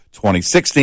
2016